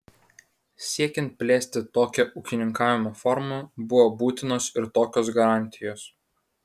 siekiant plėsti tokią ūkininkavimo formą buvo būtinos ir tokios garantijos